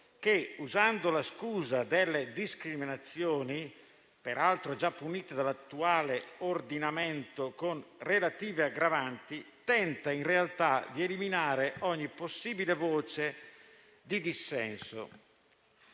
che, usando la scusa delle discriminazioni, peraltro già punite dall'attuale ordinamento, con relative aggravanti, tenta in realtà di eliminare ogni possibile voce di dissenso.